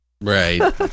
right